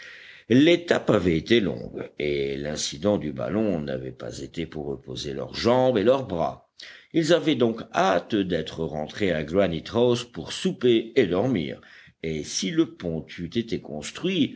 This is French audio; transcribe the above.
avait été longue et l'incident du ballon n'avait pas été pour reposer leurs jambes et leurs bras ils avaient donc hâte d'être rentrés à granite house pour souper et dormir et si le pont eût été construit